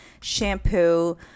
shampoo